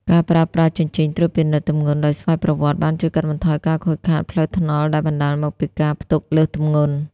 ការប្រើប្រាស់ជញ្ជីងត្រួតពិនិត្យទម្ងន់ដោយស្វ័យប្រវត្តិ បានជួយកាត់បន្ថយការខូចខាតផ្លូវថ្នល់ដែលបណ្ដាលមកពីការផ្ទុកលើសទម្ងន់។